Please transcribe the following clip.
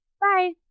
Bye